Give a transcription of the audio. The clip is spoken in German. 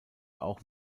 auch